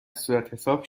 صورتحساب